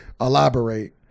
Elaborate